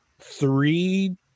three